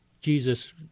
Jesus